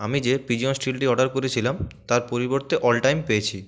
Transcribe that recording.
আমি যে পিজিয়ন স্টিলটি অর্ডার করেছিলাম তার পরিবর্তে অল টাইম পেয়েছি